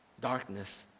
darkness